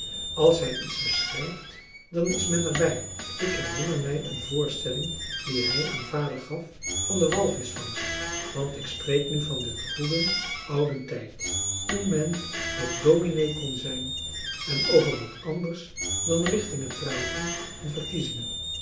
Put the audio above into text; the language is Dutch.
als hij iets beschrijft dan is men er bij ik herinner mij een voorstelling die hij aan vader gaf van de walvischvangst want ik spreek nu van den goeden ouden tijd toen men nog dominee kon zijn en over wat anders dan richtingen praten en verkiezingen